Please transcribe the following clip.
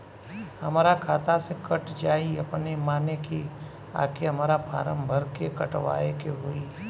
हमरा खाता से कट जायी अपने माने की आके हमरा फारम भर के कटवाए के होई?